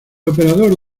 operador